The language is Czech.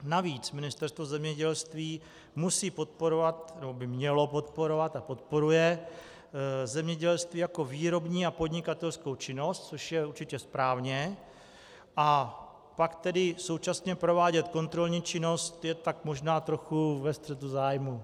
Navíc Ministerstvo zdravotnictví musí podporovat, nebo by mělo podporovat a podporuje zemědělství jako výrobní a podnikatelskou činnost, což je určitě správně, a pak tedy současně provádět kontrolní činnost je tak možná trochu ve střetu zájmů.